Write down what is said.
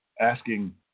asking